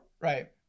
right